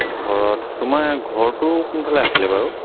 ঘৰত তোমাৰ ঘৰটো কোনফালে আছিলে বাৰু